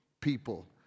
people